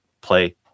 play